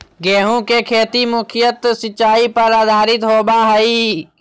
गेहूँ के खेती मुख्यत सिंचाई पर आधारित होबा हइ